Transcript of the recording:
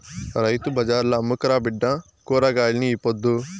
రైతు బజార్ల అమ్ముకురా బిడ్డా కూరగాయల్ని ఈ పొద్దు